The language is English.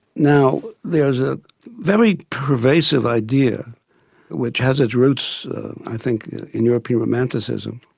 now there's a very pervasive idea which has its roots i think in european romanticism,